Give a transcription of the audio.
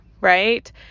right